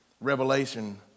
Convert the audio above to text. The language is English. Revelation